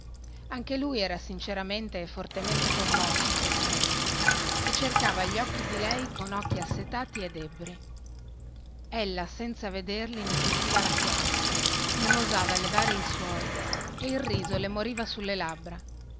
anche lui era sinceramente e fortemente commosso in quel momento e cercava gli occhi di lei con occhi assetati ed ebbri ella senza vederli ne sentiva la fiamma non osava levare i suoi e il riso le moriva sulle labbra